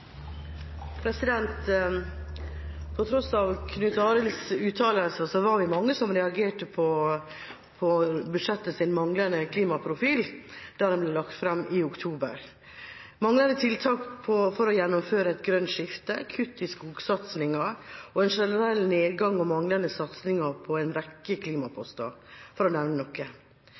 tross for Knut Arild Hareides uttalelser var vi mange som reagerte på budsjettets manglende klimaprofil da det ble lagt fram i oktober – manglende tiltak for å gjennomføre et grønt skifte, kutt i skogsatsingen og en generell nedgang og manglende satsing på en rekke klimaposter, for å nevne noe.